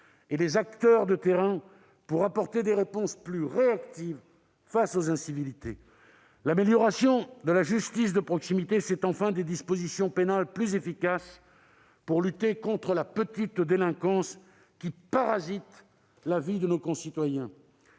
et les acteurs de terrain, pour apporter des réponses plus réactives face aux incivilités. L'amélioration de la justice de proximité passe enfin par des dispositions pénales plus efficaces pour lutter contre la petite délinquance qui parasite la vie de nos concitoyens.